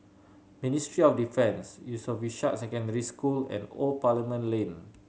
Ministry of Defence Yusof Ishak Secondary School and Old Parliament Lane